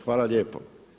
Hvala lijepo.